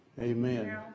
Amen